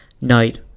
night